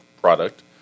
product